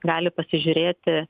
gali pasižiūrėti